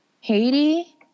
Haiti